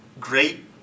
great